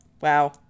Wow